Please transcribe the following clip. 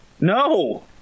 no